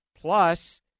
plus